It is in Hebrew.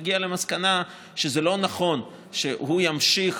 הוא הגיע למסקנה שזה לא נכון שהוא ימשיך